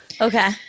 Okay